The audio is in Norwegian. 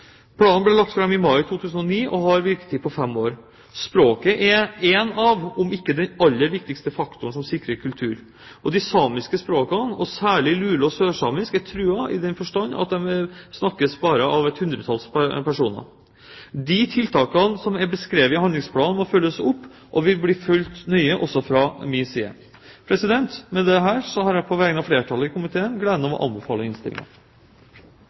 Planen ble lagt fram i mai 2009 og har en virketid på fem år. Språket er en av faktorene – om ikke den aller viktigste – som sikrer en kultur. De samiske språkene, særlig lule- og sørsamisk, er truet, i den forstand at de snakkes bare av et hundretall personer. De tiltakene som er beskrevet i handlingsplanen, må følges opp, og vil bli fulgt nøye også fra min side. Med dette har jeg på vegne av flertallet i komiteen gleden av å anbefale